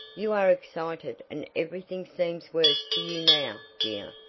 you are excited and everything seems worse to you now, dear.